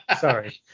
sorry